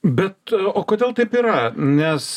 bet o kodėl taip yra nes